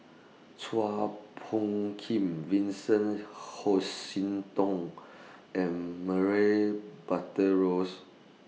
Chua Phung Kim Vincent Hoisington and Murray Buttrose